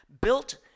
built